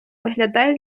виглядає